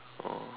oh